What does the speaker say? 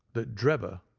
that drebber,